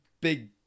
big